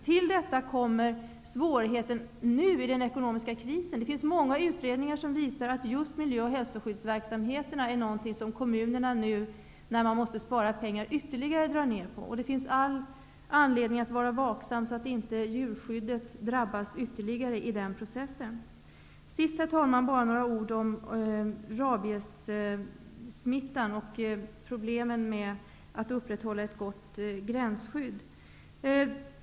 Till detta kommer nu svårigheten med den ekonomiska krisen. Det finns många utredningar som visar att just miljö och hälsoskyddsverksamheten är något som kommunerna, när de nu måste spara pengar, ytterligare drar ner på. Det finns all anledning att vara vaksam så att inte djurskyddet drabbas i den processen. Sist, herr talman, några ord om rabiessmittan och problemen med att upprätthålla ett gott gränsskydd.